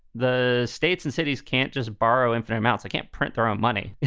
the states and cities can't just borrow infinite amounts. i can't print their own money.